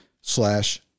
slash